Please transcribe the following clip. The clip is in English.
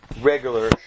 regular